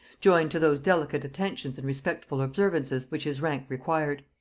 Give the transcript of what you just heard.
joined to those delicate attentions and respectful observances which his rank required.